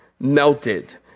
melted